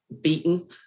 beaten